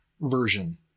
Version